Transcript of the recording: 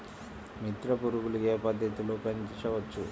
మిత్ర పురుగులు ఏ పద్దతిలో పెంచవచ్చు?